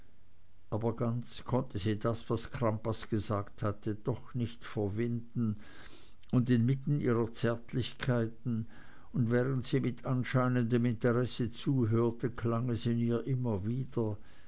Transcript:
aber ganz konnte sie das was crampas gesagt hatte doch nicht verwinden und inmitten ihrer zärtlichkeiten und während sie mit anscheinendem interesse zuhörte klang es in ihr immer wieder